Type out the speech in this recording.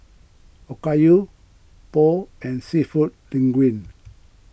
Okayu Pho and Seafood Linguine